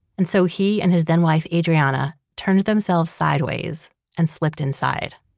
and so, he and his then-wife adriana turned themselves sideways and slipped inside.